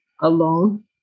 alone